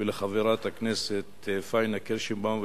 ואל חברת הכנסת פניה קירשנבאום,